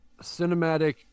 cinematic